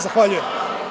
Zahvaljujem.